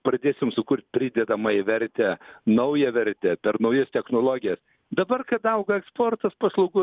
pradėsim sukurt pridedamąją vertę naują vertę per naujas technologijas dabar kad auga eksportas paslaugų